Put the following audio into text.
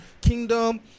kingdom